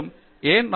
மேலும் ஏன்